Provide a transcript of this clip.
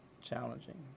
challenging